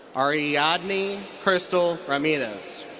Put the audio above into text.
um ariadne krystal ramirez.